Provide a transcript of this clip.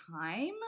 time